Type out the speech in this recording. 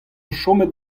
chomet